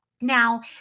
Now